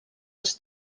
als